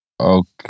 okay